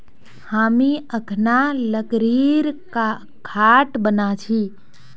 हामी अखना लकड़ीर खाट बना छि